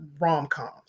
rom-coms